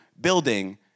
building